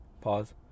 Pause